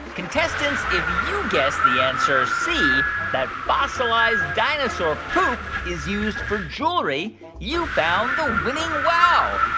contestants, if you guessed the answer c that fossilized dinosaur poop is used for jewelry you found the winning wow.